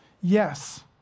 Yes